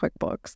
quickbooks